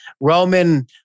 Roman